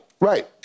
right